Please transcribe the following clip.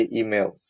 email